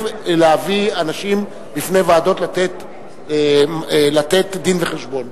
להביא אנשים בפני ועדות לתת דין-וחשבון,